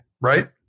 right